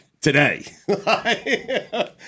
Today